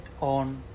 on